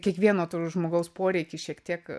kiekvieno žmogaus poreikį šiek tiek